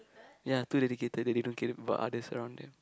ya too dedicated that they don't care about others around them